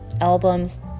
albums